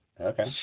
Okay